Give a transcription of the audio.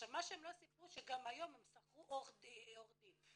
מה שהם לא סיפרו שגם היום הם שכרו עורך דין,